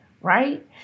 Right